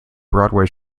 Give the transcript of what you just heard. broadway